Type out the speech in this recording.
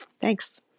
Thanks